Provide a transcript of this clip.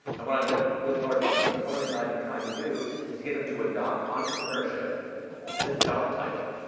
and when i work with large companies, one of the things i have been trying to do, is to get them to adopt entrepreneurship as a job title.